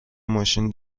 ماشین